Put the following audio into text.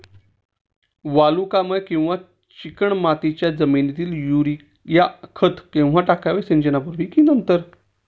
वालुकामय किंवा चिकणमातीच्या जमिनीत युरिया खत केव्हा टाकावे, सिंचनापूर्वी की नंतर?